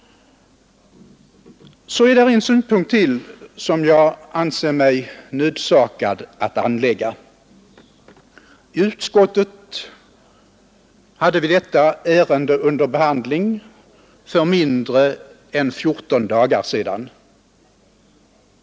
Jag anser mig också nödsakad att anlägga ytterligare en synpunkt. I utskottet hade vi detta ärende under behandling för 14 dagar sedan.